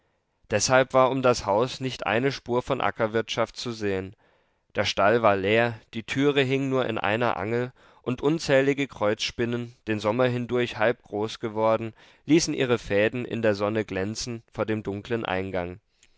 deshalb war um das haus nicht eine spur von ackerwirtschaft zu sehen der stall war leer die türe hing nur in einer angel und unzählige kreuzspinnen den sommer hindurch halbgroß geworden ließen ihre fäden in der sonne glänzen vor dem dunklen eingang